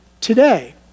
today